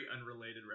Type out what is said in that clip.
unrelated